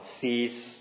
sees